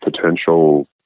potential